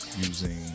using